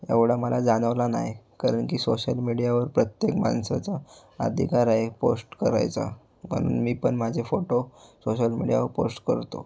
एवढा मला जाणवला नाही कारण की सोशल मीडियावर प्रत्येक माणसाचा अधिकार आहे पोस्ट करायचा पण मी पण माझे फोटो सोशल मिडियावर पोस्ट करतो